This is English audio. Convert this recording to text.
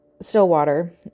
Stillwater